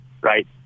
right